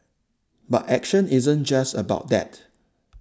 but action isn't just about that